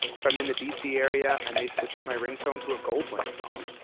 if i'm in the dc area, i may switch out my ringtone to a goldlink song.